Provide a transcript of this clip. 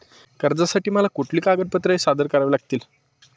कर्जासाठी मला कुठली कागदपत्रे सादर करावी लागतील?